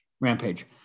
Rampage